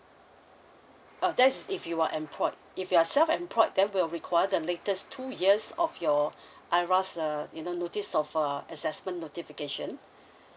oh that's if you were employed if you're self employed then we'll require the latest two years of your IRAS uh you know notice of uh assessment notification